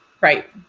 Right